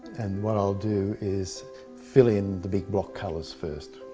and what i'll do is fill in the big block colors first.